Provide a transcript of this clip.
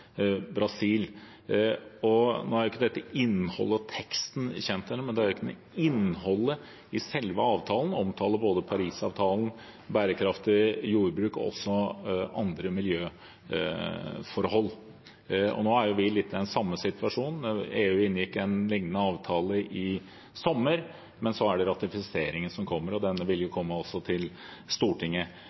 Nå er jo ikke innholdet og teksten kjent ennå, men selve avtalen omtaler både Parisavtalen, bærekraftig jordbruk og andre miljøforhold. Og nå er vi litt i den samme situasjonen – EU inngikk en lignende avtale i sommer – men så er det ratifiseringen som kommer, og den vil komme også til Stortinget.